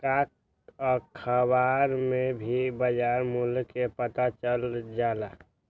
का अखबार से भी बजार मूल्य के पता चल जाला?